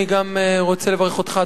גם אני רוצה לברך אותך,